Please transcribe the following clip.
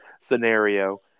scenario